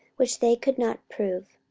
which they could not prove.